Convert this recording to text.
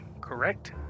correct